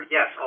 Yes